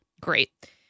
Great